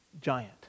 Giant